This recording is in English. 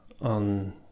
on